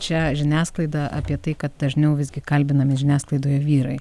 čia žiniasklaida apie tai kad dažniau visgi kalbinami žiniasklaidoje vyrai